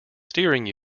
steering